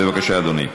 בבקשה, אדוני.